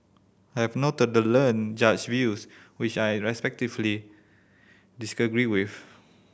I have noted the learned Judge's views which I respectfully disagree with